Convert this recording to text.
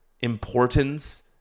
importance